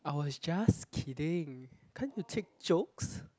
I was just kidding can't you take jokes